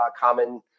common